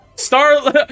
Star